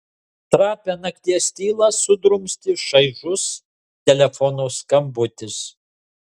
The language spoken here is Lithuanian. trapią nakties tylą sudrumstė šaižus telefono skambutis